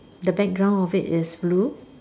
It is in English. the background of it is blue